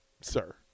sir